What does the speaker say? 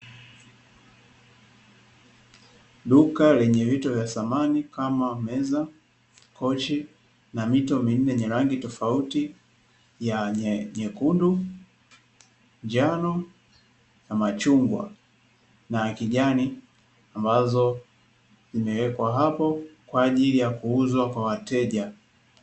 Duka lenye vitu vya thamani kama meza, kochi na mito minne yenye rangi tofauti kama nyekundu, njano, machungwa na kijani. Ambayo imewekwa hapo kwaajiri ya kuuzwa kwa wateja.